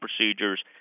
procedures